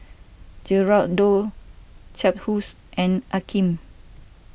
Geraldo Cephus and Akeem